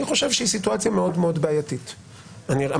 אני חושב שזו סיטואציה מאוד בעייתית.